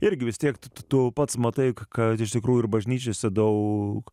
irgi vis tiek tu pats matai kad iš tikrųjų ir bažnyčiose daug